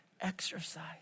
exercise